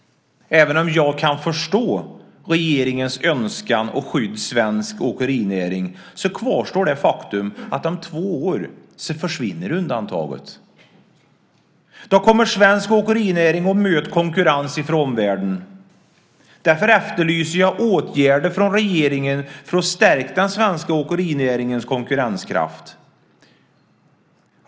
Även om jag kan förstå regeringens önskan att skydda svensk åkerinäring, kvarstår det faktum att om två år försvinner undantaget. Då kommer svensk åkerinäring att möta konkurrens från omvärlden. Därför efterlyser jag åtgärder från regeringen för att stärka den svenska åkerinäringens konkurrenskraft.